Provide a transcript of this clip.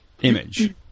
image